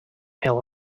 hill